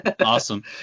awesome